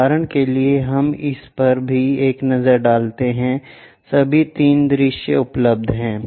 उदाहरण के लिए हम इस पर भी एक नज़र डालते हैं सभी 3 दृश्य उपलब्ध हैं